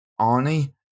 Arnie